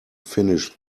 finish